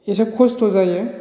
इसे खस्थ' जायो